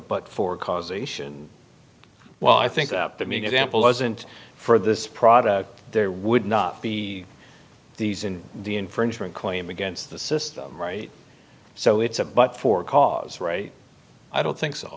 but for causation well i think that the mean example wasn't for this product there would not be these in the infringement claim against the system right so it's a but for cause right i don't think so